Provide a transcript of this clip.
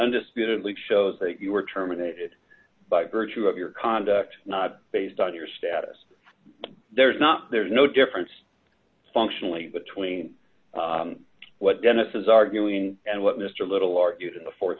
undisputedly shows that you were terminated by virtue of your conduct not based on your status there's not there's no difference functionally between what dennis is arguing and what mr little argued